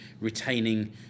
retaining